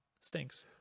stinks